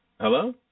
Hello